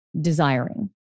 desiring